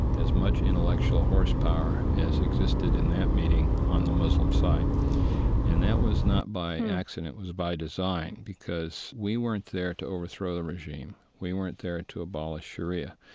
as much intellectual horsepower as existed in that meeting on the muslim side and that was not by accident. it was by design, because we weren't there to overthrow the regime. we weren't there to abolish sharia.